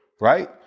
right